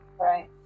Right